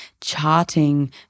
charting